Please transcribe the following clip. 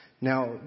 Now